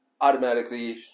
automatically